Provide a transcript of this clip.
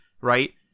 right